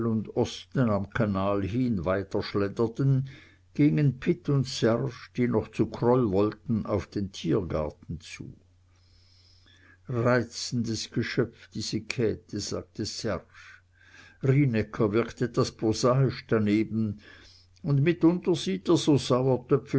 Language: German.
und osten am kanal hin weiterschlenderten gingen pitt und serge die noch zu kroll wollten auf den tiergarten zu reizendes geschöpf diese käthe sagte serge rienäcker wirkt etwas prosaisch daneben und mitunter sieht